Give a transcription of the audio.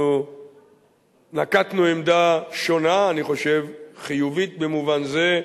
אנחנו נקטנו עמדה שונה, אני חושב חיובית במובן זה,